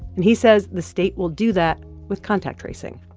and he says the state will do that with contact tracing.